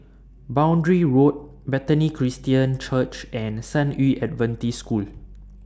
Boundary Road Bethany Christian Church and San Yu Adventist School